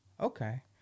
Okay